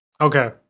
Okay